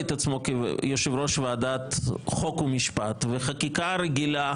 את עצמו כיושב ראש ועדת חוק ומשפט שדנה בחקיקה הרגילה,